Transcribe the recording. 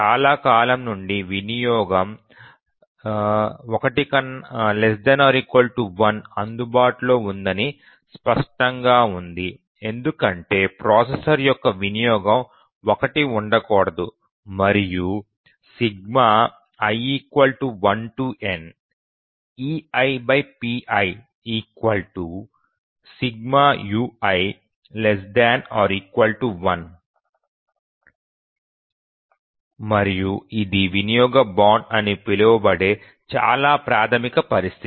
చాలా కాలం నుండి వినియోగం ≤ 1 అందుబాటులో ఉందని స్పష్టంగా ఉంది ఎందుకంటే ప్రాసెసర్ యొక్క వినియోగం 1 ఉండకూడదు మరియు మరియు i 1n eipi≤ 1 మరియు ఇది వినియోగ బాండ్ అని పిలువబడే చాలా ప్రాథమిక పరిస్థితి